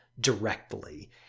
directly